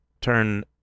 turn